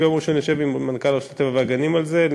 ביום ראשון אני אשב עם מנכ"ל רשות הטבע והגנים על זה כדי